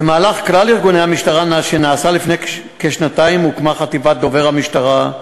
במהלך כלל-ארגוני במשטרה שנעשה לפני כשנתיים הוקמה חטיבת דובר המשטרה,